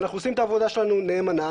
אנחנו עושים את העבודה שלנו נאמנה,